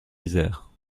isère